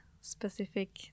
specific